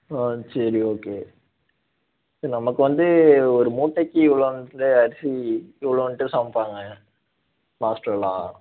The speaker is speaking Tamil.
ஆ சரி ஓகே நமக்கு வந்து ஒரு மூட்டைக்கு இவ்வளோன்ட்டு அரிசி இவ்வளோன்ட்டு சமைப்பாங்க மாஸ்டரெல்லாம்